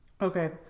Okay